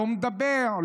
לא מדבר,